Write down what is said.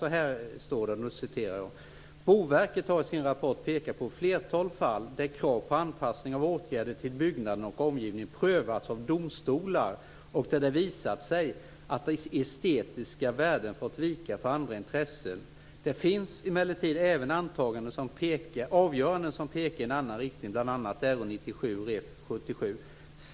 Så här står det i propositionen: "Boverket har i sin rapport pekat på ett flertal fall där krav på anpassning av åtgärden till byggnaden och omgivningen prövats av domstolar och där det visat sig att estetiska värden har fått vika för andra intressen. Det finns emellertid även avgöranden som pekar i en annan riktning, bl.a. RÅ 1997 res. 77.